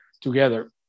together